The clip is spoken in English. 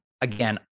again